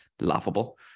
laughable